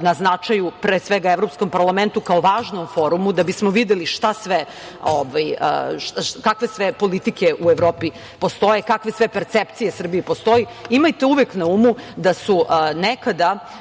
na značaju pre svega Evropskom parlamentu, kao važnom forumu, da bismo videli kakve sve politike u Evropi postoje i kakve sve percepcije u Srbiji postoje. Imajte uvek na umu da su nekada